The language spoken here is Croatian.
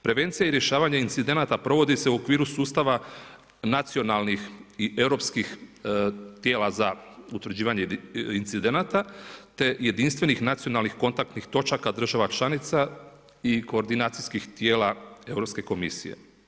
Prevencija i rješavanje incidenata provodi se u okviru sustava nacionalnih i europskih tijela za utvrđivanje incidenata, te jedinstvenih nacionalnih kontaktnih točaka država članica i koordinacijskih tijela europske komisije.